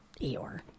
Eeyore